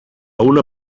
una